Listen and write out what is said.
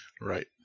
Right